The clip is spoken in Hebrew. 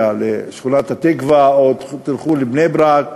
לשכונת-התקווה או תלכו לבני-ברק.